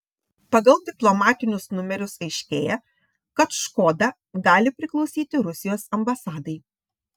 pagal diplomatinius numerius aiškėja kad škoda gali priklausyti rusijos ambasadai